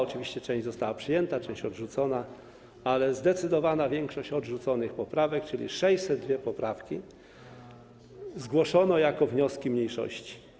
Oczywiście część z nich została przyjęta, część została odrzucona, ale zdecydowaną większość odrzuconych poprawek, czyli 602 poprawki, zgłoszono jako wnioski mniejszości.